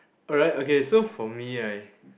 alright okay so for me right